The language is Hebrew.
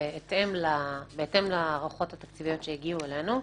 בהתאם להערכות התקציביות שהגיעו אלינו.